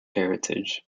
heritage